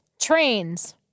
Trains